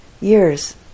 years